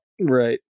right